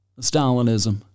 Stalinism